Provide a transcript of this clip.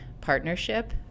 partnership